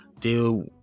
deal